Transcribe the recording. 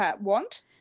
want